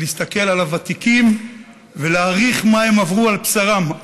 להסתכל על הוותיקים ולהעריך מה הם עברו על בשרם.